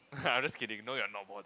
I'm just kidding no you are not balding